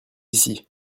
ici